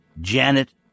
Janet